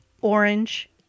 Orange